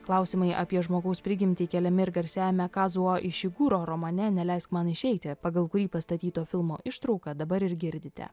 klausimai apie žmogaus prigimtį keliami ir garsiajame kazuo išiguro romane neleisk man išeiti pagal kurį pastatyto filmo ištrauką dabar ir girdite